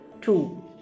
two